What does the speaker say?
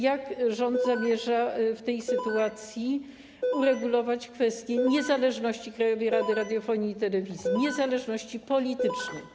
Jak rząd zamierza w tej sytuacji uregulować kwestię niezależności Krajowej Rady Radiofonii i Telewizji, niezależności politycznej?